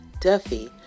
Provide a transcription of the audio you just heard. Duffy